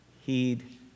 Heed